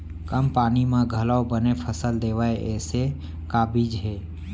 कम पानी मा घलव बने फसल देवय ऐसे का बीज हे?